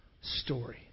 story